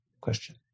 Question